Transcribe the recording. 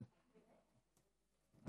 שלוש דקות לרשותך.